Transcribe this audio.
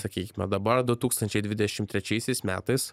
sakykime dabar du tūkstančiai dvidešimt trečiaisiais metais